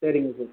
சரிங்க சார்